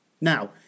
Now